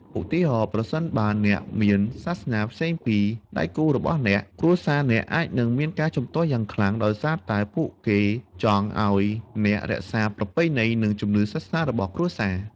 ឧទាហរណ៍ ប្រសិនបើអ្នកមានសាសនាផ្សេងពីដៃគូរបស់អ្នក គ្រួសារអ្នកអាចនឹងមានការជំទាស់យ៉ាងខ្លាំង ដោយសារតែពួកគេចង់ឲ្យអ្នករក្សាប្រពៃណី និងជំនឿសាសនារបស់គ្រួសារ។